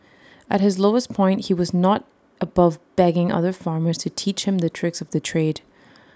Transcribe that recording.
at his lowest point he was not above begging other farmers to teach him the tricks of the trade